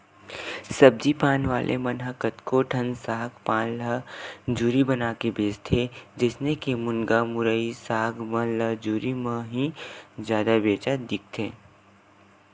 सब्जी पान वाले मन ह कतको ठन साग पान ल जुरी बनाके बेंचथे, जइसे के मुनगा, मुरई, साग मन ल जुरी म ही जादा बेंचत दिखथे